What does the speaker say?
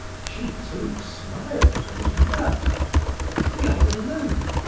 she too smiled and murmured we are alone.